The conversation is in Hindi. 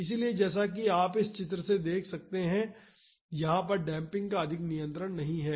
इसलिए जैसा कि इस चित्र से देखा जा सकता है कि वहाँ पर डेम्पिंग का अधिक नियंत्रण नहीं है